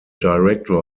director